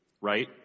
right